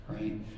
right